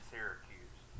Syracuse